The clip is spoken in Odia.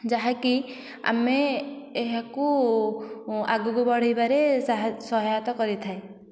ଯାହାକି ଆମେ ଏହାକୁ ଆଗକୁ ବଢ଼େଇବାରେ ସହାୟତା କରିଥାଏ